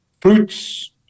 fruits